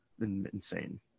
insane